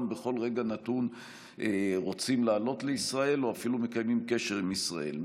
בכל רגע נתון רוצים לעלות לישראל או אפילו לקיים קשר עם ישראל.